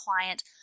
client